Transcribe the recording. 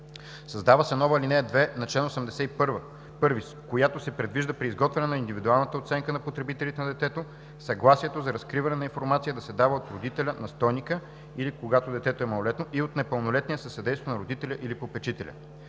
Създава се нова ал. 2 на чл. 81, с която се предвижда при изготвяне на индивидуална оценка на потребностите на детето съгласието за разкриване на информация да се дава от родителя/настойника, когато детето е малолетно, и от непълнолетния със съдействието на родителя/попечителя.